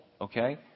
okay